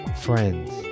friends